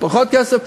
פחות כסף,